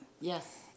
Yes